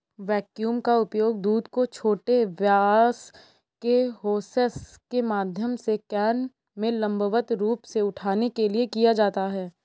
vacuum का उपयोग दूध को छोटे व्यास के होसेस के माध्यम से कैन में लंबवत रूप से उठाने के लिए किया जाता है